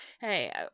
hey